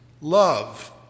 love